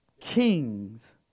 kings